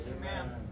Amen